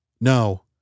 No